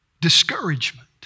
discouragement